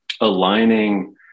aligning